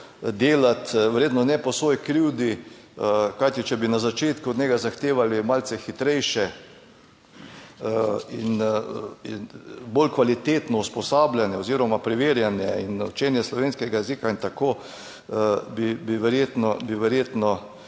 delat, verjetno ne po svoji krivdi. Kajti, če bi na začetku od njega zahtevali malce hitrejše in bolj kvalitetno usposabljanje oziroma preverjanje in učenje slovenskega jezika bi verjetno